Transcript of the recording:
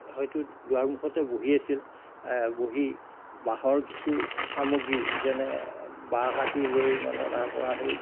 হয়তো দুৱাৰমুখতে বহি আছিল বহি বাঁহৰ কিছু সামগ্ৰী যেনে বাঁহ কাটি লৈ মানে তাৰ পৰা সেই